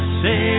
say